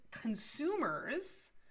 consumers